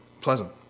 pleasant